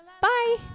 bye